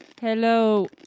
Hello